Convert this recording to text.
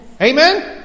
Amen